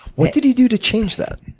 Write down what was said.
what did he do to change that?